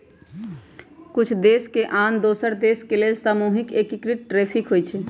कुछ देश के आन दोसर देश के लेल सामूहिक एकीकृत टैरिफ होइ छइ